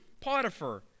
Potiphar